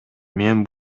мен